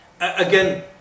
again